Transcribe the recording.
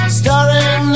starring